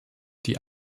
die